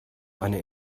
eine